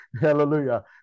Hallelujah